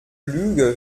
lüge